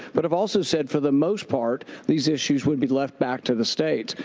but i've also said for the most part, these issues would be left back to the states.